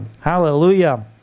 hallelujah